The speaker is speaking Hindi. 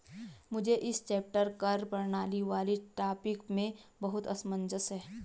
मुझे इस चैप्टर कर प्रणाली वाले टॉपिक में बहुत असमंजस है